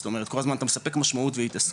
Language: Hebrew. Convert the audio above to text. זאת אומרת כל הזמן אתה מספק משמעות והתעסקות.